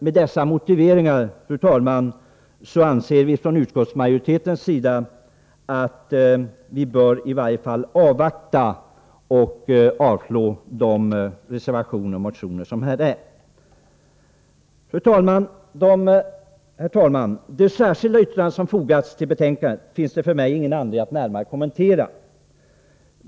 Med dessa motiveringar anser vi från utskottsmajoritetens sida att vi i varje fall bör avvakta lagrådsremissen och avslå de reservationer och motioner som här nämnts. Herr talman! De särskilda yttranden som fogats till betänkandet finns det för mig ingen anledning att närmare kommentera.